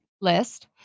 list